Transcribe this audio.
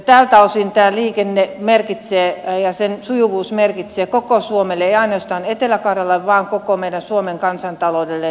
tältä osin tällä liikenteellä ja sen sujuvuudella on merkitystä koko suomelle ei ainoastaan etelä karjalalle vaan koko meidän suomen kansantaloudelle ja työllisyydelle